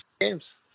games